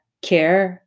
care